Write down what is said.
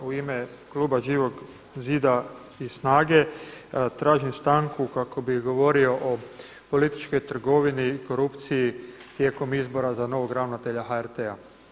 u ime kluba Živog zida i SNAGA-e tražim stanku kako bih govorio o političkoj trgovini i korupciji tijekom izbora za novog ravnatelja HRT-a.